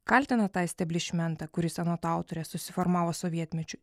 kaltina tą isteblišmentą kuris anot autorės susiformavo sovietmečiu